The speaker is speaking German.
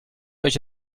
euch